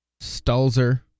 Stalzer